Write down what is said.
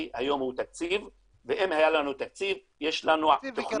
היום הוא תקציב ואם היה לנו תקציב יש לנו תוכנית